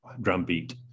drumbeat